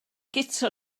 guto